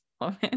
woman